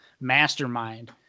mastermind